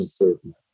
improvement